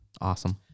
Awesome